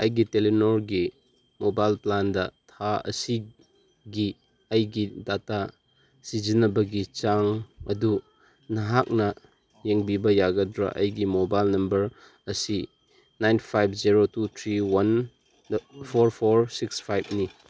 ꯑꯩꯒꯤ ꯇꯦꯂꯦꯅꯣꯔꯒꯤ ꯃꯣꯕꯥꯏꯜ ꯄ꯭ꯂꯥꯟꯗ ꯊꯥ ꯑꯁꯤꯒꯤ ꯑꯩꯒꯤ ꯗꯇꯥ ꯁꯤꯖꯤꯟꯅꯕꯒꯤ ꯆꯥꯡ ꯑꯗꯨ ꯅꯍꯥꯛꯅ ꯌꯦꯡꯕꯤꯕ ꯌꯥꯒꯗ꯭ꯔꯥ ꯑꯩꯒꯤ ꯃꯣꯕꯥꯏꯜ ꯅꯝꯕꯔ ꯑꯁꯤ nine five zero two three one four four six ꯐꯥꯏꯚꯅꯤ